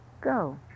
go